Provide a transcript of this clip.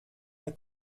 der